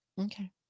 Okay